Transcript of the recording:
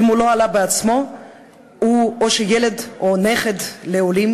אם הוא לא עלה בעצמו הוא ילד או נכד לעולים